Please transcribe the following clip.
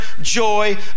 joy